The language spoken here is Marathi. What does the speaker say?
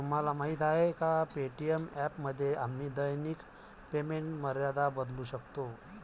तुम्हाला माहीत आहे का पे.टी.एम ॲपमध्ये आम्ही दैनिक पेमेंट मर्यादा बदलू शकतो?